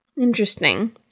interesting